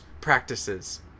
practices